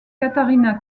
katharina